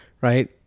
Right